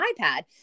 iPad